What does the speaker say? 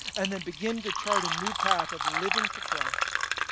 and then begin to chart a new path of living for christ,